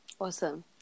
Awesome